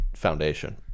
Foundation